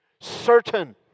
certain